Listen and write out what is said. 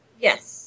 Yes